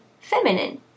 feminine